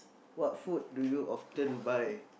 what food do you often buy